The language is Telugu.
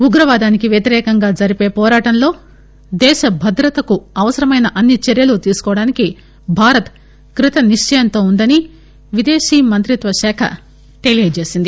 ఉగ్రవాదానికి వ్యతిరేకంగా జరిపే పోరాటంలో దేశ భద్రతకు అవసరమైన అన్ని చర్యలు తీసుకోవడానికి భారత్ కృతనిక్పయంతో ఉందని విదేశీ మంత్రిత్వశాఖ తెలియజేసింది